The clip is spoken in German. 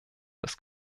das